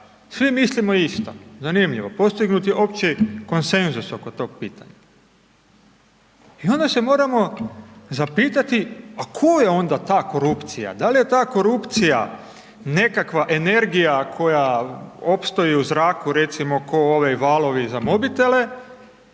svi mislimo isto, zanimljivo, postignut je opći konsenzus oko tog pitanja. I onda se moramo zapitati a tko je onda ta korupcija, da li je ta korupcija nekakva energija koja opstoji u zraku recimo kao ovi valovi za mobitele